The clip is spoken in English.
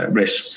risk